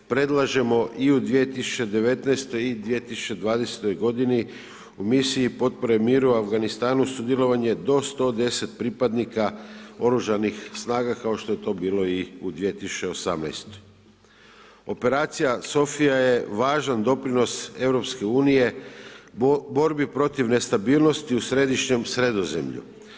Predlažemo i u 2019.g. i 2020.g. u Misiji potpore miru Afganistanu sudjelovanje do 110 pripadnika oružanih snaga, kao što je to bilo i u 2018.g. Operacija Sofija je važan doprinos EU, borbi protiv nestabilnosti u središnjem Sredozemlju.